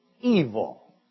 evil